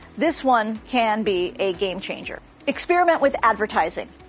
this one can be a game-changer experiment with advertising!